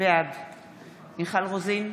בעד מיכל רוזין,